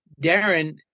Darren